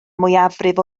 mwyafrif